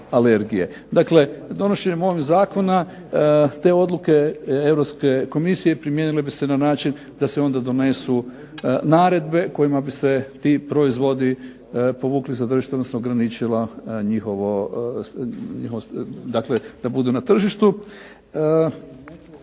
Dakle donošenjem ovog zakona te odluke Europske Komisije primijenile bi se na način da se onda donesu naredbe kojima bi se ti proizvodi povukli sa tržišta, odnosno ograničilo njihovo, dakle da budu na tržištu.